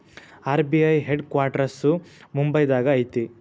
RBI head quarters ಮುಂಬೈದಾಗ ಐತಿ